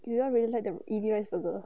you don't really like the ebi rice burger